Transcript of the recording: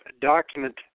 document